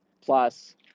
plus